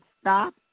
stop